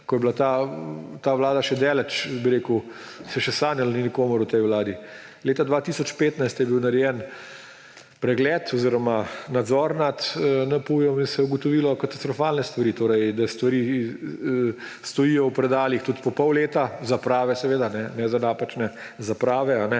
ko je bila ta vlada še daleč, se še sanjalo ni nikomur o tej vladi. Leta 2015 je bil narejen pregled oziroma nadzor nad NPU in se je ugotovilo katastrofalne stvari, da stvari stojijo v predalih tudi po pol leta, za prave seveda, ne za napačne, za prave.